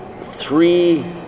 three